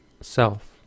self